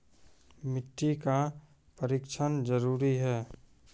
मिट्टी का परिक्षण जरुरी है?